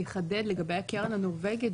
אני אחדד לגבי הקרן הנורבגית,